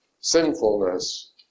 sinfulness